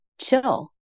chill